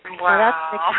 Wow